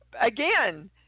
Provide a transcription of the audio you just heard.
Again